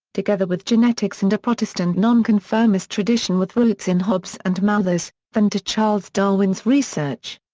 together with genetics and a protestant nonconfirmist tradition with roots in hobbes and malthus, than to charles darwin's research.